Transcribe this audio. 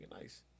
nice